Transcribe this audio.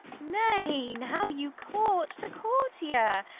nay, now you court the courtier,